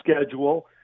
schedule